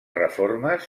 reformes